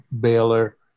Baylor